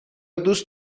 دوست